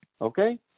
Okay